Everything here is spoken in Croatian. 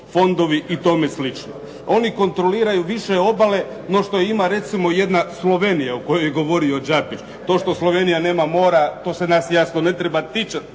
fondovi i tome slično. Oni kontroliraju više obale no što ima recimo jedna Slovenija o kojoj je govorio Đapić. To što Slovenija nema mora to se nas jasno ne treba ticati.